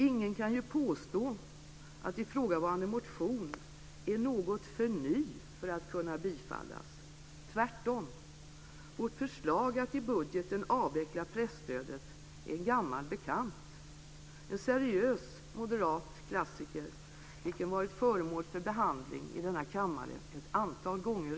Ingen kan ju påstå att ifrågavarande motion är "något för ny" för att kunna bifallas. Tvärtom! Vårt förslag att i budgeten avveckla presstödet är en gammal bekant. Det är en seriös moderat klassiker, vilken redan har varit föremål för behandling i denna kammare ett antal gånger.